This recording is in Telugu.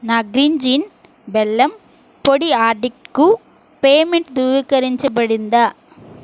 నా గ్రీంజ్ఇన్ బెల్లం పొడి ఆడిట్కు పేమెంట్ ధృవీకరించబడిందా